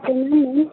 कहियौ ने